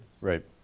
Right